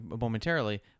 momentarily